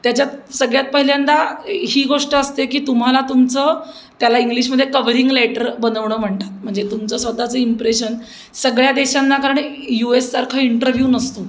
त्याच्यात सगळ्यात पहिल्यांदा ही गोष्ट असते की तुम्हाला तुमचं त्याला इंग्लिशमध्ये कवरिंग लेटर बनवणं म्हणतात म्हणजे तुमचं स्वत चं इम्प्रेशन सगळ्या देशांना कारण हे यू एससारखा इंटरव्यू नसतो